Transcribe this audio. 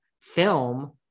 film